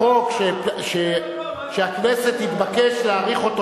החוק שהכנסת תתבקש להאריך אותו,